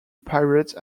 pirate